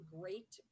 great